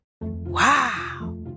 Wow